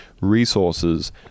resources